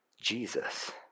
Jesus